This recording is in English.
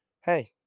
Hey